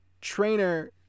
trainer